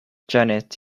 janet